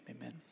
amen